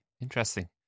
interesting